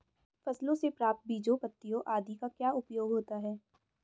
फसलों से प्राप्त बीजों पत्तियों आदि का क्या उपयोग होता है?